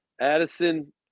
Addison